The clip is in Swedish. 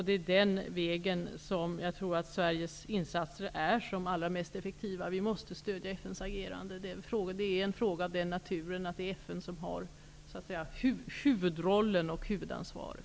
Det är den vägen Sveriges insatser är som allra mest effektiva. Vi måste stödja FN:s agerande. Det är en fråga av den naturen att det är FN som har huvudrollen och huvudansvaret.